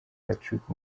patrick